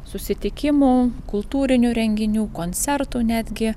susitikimų kultūrinių renginių koncertų netgi